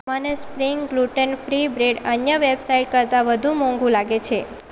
મને spring gluten free bread અન્ય website કરતાં વધુ મોંઘું લાગે છે